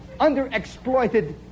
Underexploited